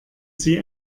sie